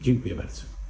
Dziękuję bardzo.